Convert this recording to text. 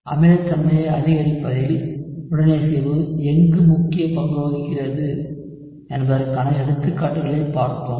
அமிலத்தன்மையை அதிகரிப்பதில் உடனிசைவு எங்கு முக்கிய பங்கு வகிக்கிறது என்பதற்கான எடுத்துக்காட்டுகளை பார்த்தோம்